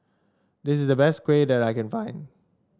this is the best kuih that I can find